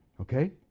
Okay